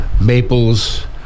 maples